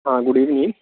ہاں good evening